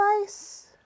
device